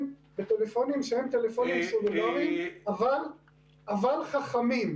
בטלפונים שהם טלפונים סלולריים אבל חכמים.